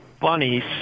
bunnies